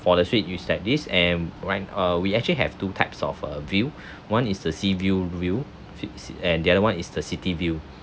for the suite use like this and when uh we actually have two types of uh view one is the sea view view vi~ and the other one is the city view